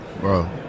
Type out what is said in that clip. Bro